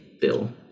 bill